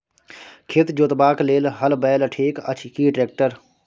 खेत जोतबाक लेल हल बैल ठीक अछि की ट्रैक्टर?